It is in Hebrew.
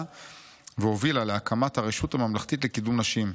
והובילה להקמת הרשות הממלכתית לקידום נשים.